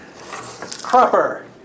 Cropper